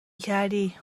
کردی